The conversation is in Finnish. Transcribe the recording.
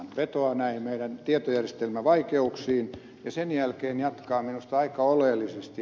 hän vetoaa näihin meidän tietojärjestelmävaikeuksiimme ja sen jälkeen jatkaa minusta aika oleellisesti